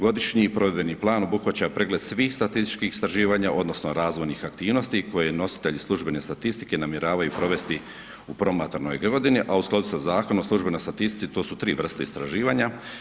Godišnji provedbeni plan obuhvaća pregled svih statističkih istraživanja odnosno razvojnih aktivnosti koje nositelji službene statistike namjeravaju provesti u prvom ... a u skladu sa Zakonom o službenoj statistici to su 3 vrste istraživanja.